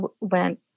went